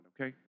okay